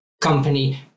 company